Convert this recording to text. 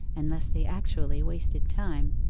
unless they actually wasted time,